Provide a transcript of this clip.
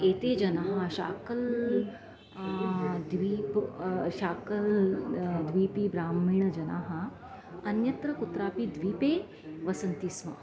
एते जनाः शाकल् द्वीप शाकल् द्वीपी ब्राह्मीणजनाः अन्यत्र कुत्रापि द्वीपे वसन्ति स्म